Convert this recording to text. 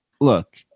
look